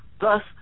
Thus